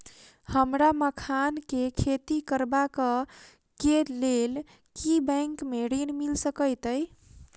हमरा मखान केँ खेती करबाक केँ लेल की बैंक मै ऋण मिल सकैत अई?